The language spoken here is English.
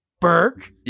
Burke